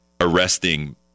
arresting